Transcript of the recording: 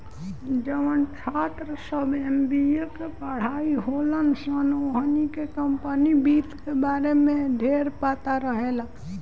जवन छात्र सभ एम.बी.ए के पढ़ल होलन सन ओहनी के कम्पनी वित्त के बारे में ढेरपता रहेला